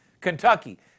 Kentucky